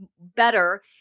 better